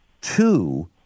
two